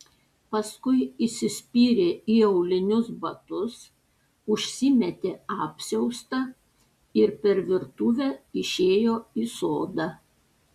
paskui įsispyrė į aulinius batus užsimetė apsiaustą ir per virtuvę išėjo į sodą